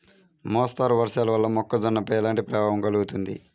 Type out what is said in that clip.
మోస్తరు వర్షాలు వల్ల మొక్కజొన్నపై ఎలాంటి ప్రభావం కలుగుతుంది?